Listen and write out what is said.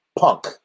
punk